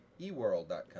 eWorld.com